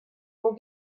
will